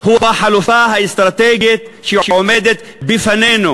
הוא החלופה האסטרטגית שעומדת בפנינו